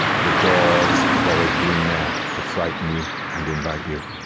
the doors have always been there to frighten you and invite you,